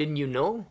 didn't you know